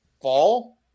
fall